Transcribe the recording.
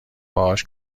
باهاش